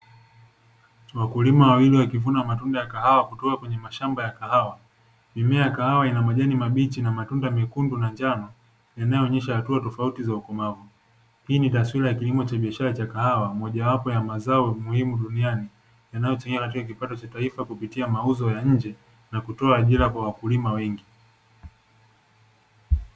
Wakulima wawili wakivuna matunda ya kahawa kutoka kwenye mashamba ya kahawa, mimea ya kahawa ina majani mabichi na matunda mekundu na njano inayoonyesha hatua tofauti za ukomavu, hii ni taswira ya kilimo cha biashara cha kahawa moja wapo ya mazao muhimu duniani yanayotumika katika kipato cha taifa kupitia mauzo ya nje na kutoa ajira kwa wakulima wengi.